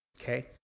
Okay